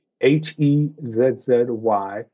H-E-Z-Z-Y